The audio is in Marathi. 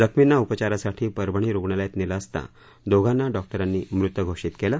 जखमींना उपचारासाठी परभणी रूग्णालयात नेलं असता दोघांना डॉक्टरने मृत घोषित केलं